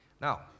Now